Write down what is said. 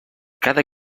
cada